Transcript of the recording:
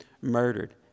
murdered